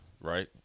right